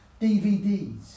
DVDs